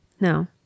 No